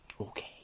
okay